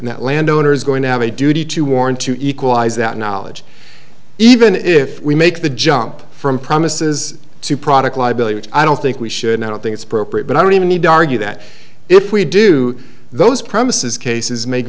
that landowners going to have a duty to warn to equalize that knowledge even if we make the jump from promises to product liability which i don't think we should i don't think it's appropriate but i don't even need to argue that if we do those promises cases ma